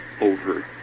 over